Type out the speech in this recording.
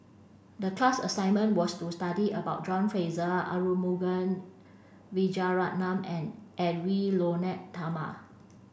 the class assignment was to study about John Fraser Arumugam Vijiaratnam and Edwy Lyonet Talma